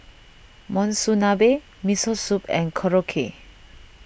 Monsunabe Miso Soup and Korokke